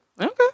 Okay